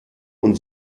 und